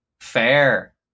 Fair